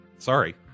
Sorry